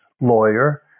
lawyer